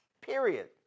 period